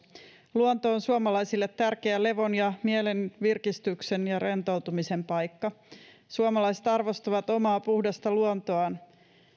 luonto on suomalaisille tärkeä levon ja mielen virkistyksen ja rentoutumisen paikka suomalaiset arvostavat omaa puhdasta luontoaan